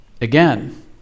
Again